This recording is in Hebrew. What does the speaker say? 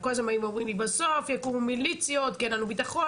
כל הזמן באים ואומרים לי בסוף יקומו מיליציות כי אין לנו בטחון,